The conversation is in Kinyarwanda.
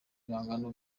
ibihangano